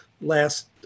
last